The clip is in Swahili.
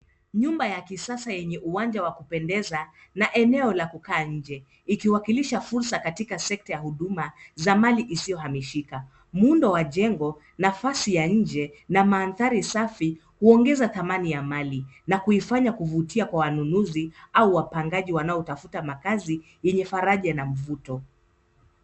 Nyumba ya kisasa yenye uwanja wa kupendeza na eneo la kukaa nje, ikiwakilisha fursa katika sekta ya huduma za mali isiyohamishika. Muundo wa jengo, nafasi ya nje na mandhari safi huongeza dhamani ya mali na kuifanya kuvutia kwa wanunuzi au wapangaji wanaotafuta makazi yenye faraja na mvuto.